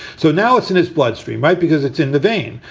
so now it's in his bloodstream, right? because it's in the vein.